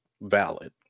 valid